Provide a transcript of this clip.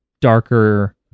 darker